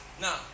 now